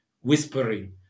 whispering